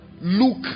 look